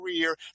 career